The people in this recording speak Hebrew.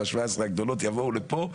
ושבע עשרה הגדולות יבואו לפה,